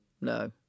No